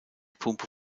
pumpe